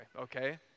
okay